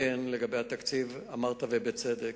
לגבי התקציב, אמרת ובצדק: